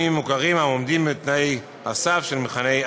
מוכרים העומדים בתנאי הסף של מבחני התמיכה.